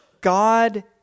God